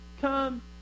come